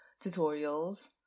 tutorials